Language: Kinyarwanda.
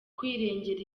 kwirengera